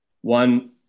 one